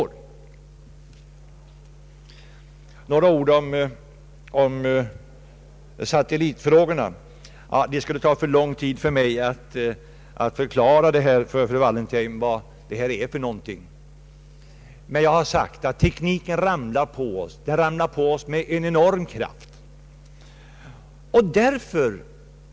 Låt mig säga några ord om satellitfrågorna. Det skulle ta för lång tid för mig att förklara för fru Wallentheim vad detta är för någonting. Tekniken ramlar emellertid på oss med en enorm kraft.